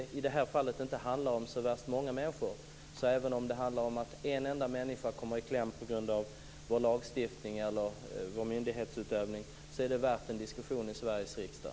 I det här fallet handlar det inte om så värst många människor, men även om det handlar om att en enda människa kommer i kläm på grund av vår lagstiftning eller på grund av myndighetsutövning är det värt en diskussion i Sveriges riksdag.